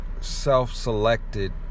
self-selected